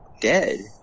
dead